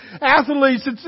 athletes